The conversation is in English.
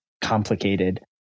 complicated